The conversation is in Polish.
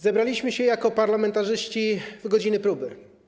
Zebraliśmy się jako parlamentarzyści w godzinie próby.